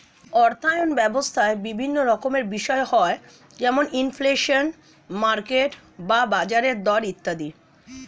অর্থায়ন ব্যবস্থায় বিভিন্ন রকমের বিষয় হয় যেমন ইনফ্লেশন, মার্কেট বা বাজারের দর ইত্যাদি